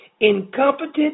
Incompetent